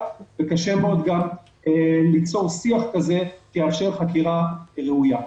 וקשה מאוד גם ליצור שיח כזה שתאפשר חקירה ראויה.